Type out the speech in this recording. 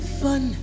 fun